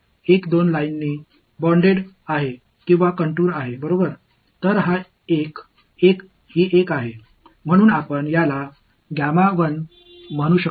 எனவே இப்போது இந்த மேற்பரப்பு S இங்கே இரண்டு கோடுகள் அல்லது வரையறைகளால் கட்டுப்படுத்தப்பட்டுள்ளது